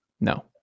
No